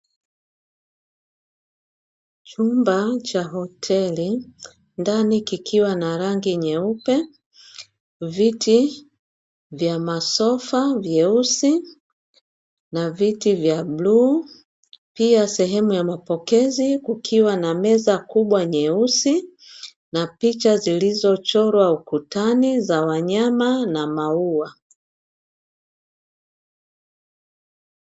Chumba cha hoteli ndani kikiwa na rangi nyeupe, viti vya masofa vyeusi, na viti vya bluu, pia sehemu ya mapokezi kukiwa na meza kubwa nyeusi na picha zilizochorwa ukutani za wanyama na maua.